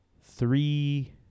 three